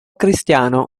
cristiano